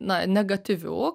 na negatyvių